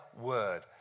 word